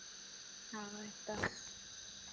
ᱦᱳᱭ ᱛᱚ